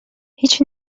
هیچ